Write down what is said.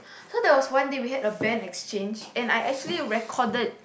so there was one day we had a Band exchange and I actually recorded